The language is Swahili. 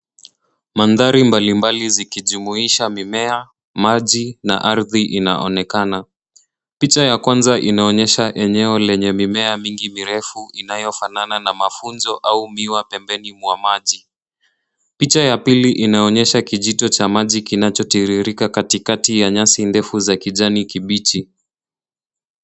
Mandhari mbalimbali zikijumuisha mimea, maji na ardhi inaonekana. Picha ya kwanza inaonyesha eneo lenye mimea mingi mirefu inayofanana na mafunjo au miwa pembeni mwa maji. Picha ya pili inaonyesha kijito cha maji kinachotiririka katikati ya nyasi ndefu za kijani kibichi.